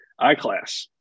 iClass